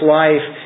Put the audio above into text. life